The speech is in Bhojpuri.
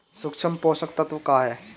सूक्ष्म पोषक तत्व का ह?